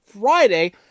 Friday